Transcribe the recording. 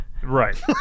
Right